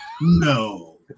No